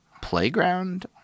playground